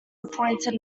appointed